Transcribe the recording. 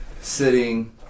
sitting